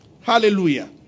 Hallelujah